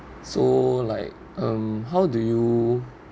so like um how do you